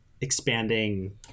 expanding